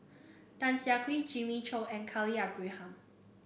Tan Siah Kwee Jimmy Chok and Khalil Ibrahim